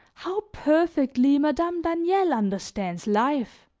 how perfectly madame daniel understands life!